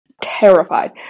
terrified